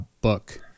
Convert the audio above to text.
book